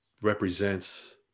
represents